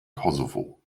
kosovo